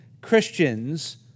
Christians